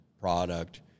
product